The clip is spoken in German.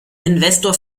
investor